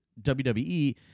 WWE